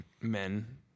men